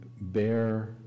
bear